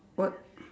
what